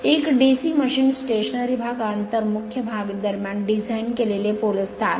एक DC machine stationary भाग आंतर मुख्य भाग दरम्यान डिझाइन केलेले पोल असतात